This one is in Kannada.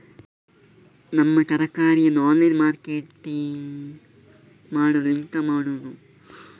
ನಮ್ಮ ತರಕಾರಿಯನ್ನು ಆನ್ಲೈನ್ ಮಾರ್ಕೆಟಿಂಗ್ ಮಾಡಲು ಎಂತ ಮಾಡುದು?